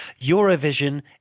Eurovision